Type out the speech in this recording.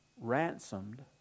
ransomed